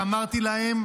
ואמרתי להן,